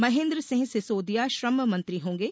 महेन्द्र सिंह सिसोदिया श्रम मंत्री होंगे